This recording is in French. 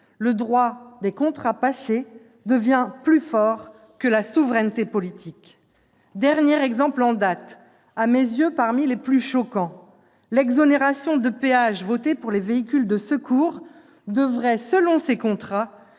le droit des contrats passés devient plus fort que la souveraineté politique. Dernier exemple en date, à mes yeux parmi les plus choquants, l'exonération de péages votée pour les véhicules de secours devrait, selon ces contrats,